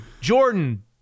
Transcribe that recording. Jordan